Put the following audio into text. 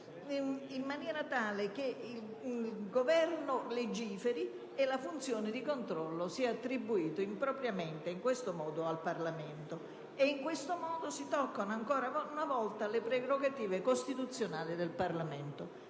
in maniera tale che il Governo legiferi e la funzione di controllo sia attribuita impropriamente al Parlamento. In questo modo si toccano ancora una volta le prerogative costituzionali del Parlamento.